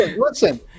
listen